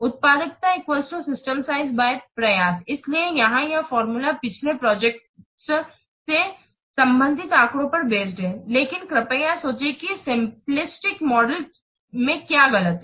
उत्पादकता system size प्रयास इसलिए यहां यह फॉर्मूला पिछली प्रोजेक्ट ओं से संबंधित आंकड़ों पर बेस्ड है लेकिन कृपया यह सोचें कि सिम्प्लिस्टिक मॉडल में क्या गलत है